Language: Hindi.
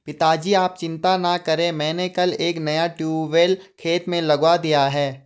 पिताजी आप चिंता ना करें मैंने कल एक नया ट्यूबवेल खेत में लगवा दिया है